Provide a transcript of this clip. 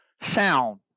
sound